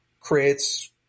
creates –